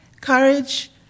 courage